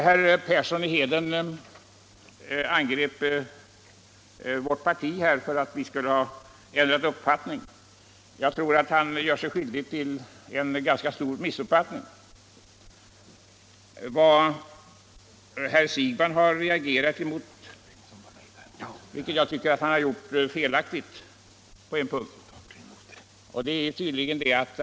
Herr Persson i Heden angrep vårt parti för att ha ändrat uppfattning. Han gjorde sig därvid skyldig till en stor missuppfattning. Herr Siegbahn har — felaktigt, tycker jag — på en punkt reagerat mot förslaget.